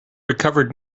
recovered